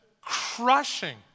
crushing